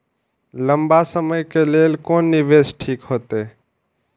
लंबा समय के लेल कोन निवेश ठीक होते?